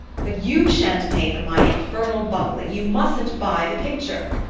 but you shan't pay for my infernal bungling you mustn't buy the picture!